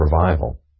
revival